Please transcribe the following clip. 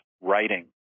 writing